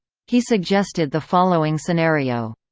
he suggested the following scenario.